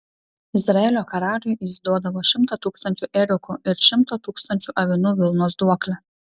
izraelio karaliui jis duodavo šimtą tūkstančių ėriukų ir šimto tūkstančių avinų vilnos duoklę